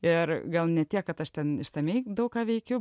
ir gal ne tiek kad aš ten išsamiai daug ką veikiu